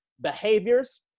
behaviors